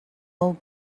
all